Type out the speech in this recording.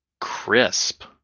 crisp